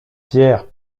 pierres